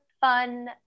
fun